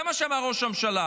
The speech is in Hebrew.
זה מה שאמר ראש הממשלה.